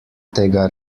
tega